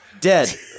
Dead